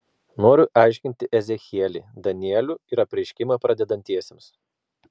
noriu aiškinti ezechielį danielių ir apreiškimą pradedantiesiems